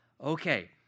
okay